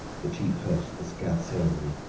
the cheap hearse, the scant ceremony,